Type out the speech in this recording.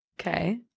Okay